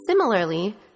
Similarly